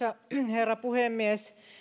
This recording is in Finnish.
herra puhemies